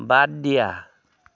বাদ দিয়া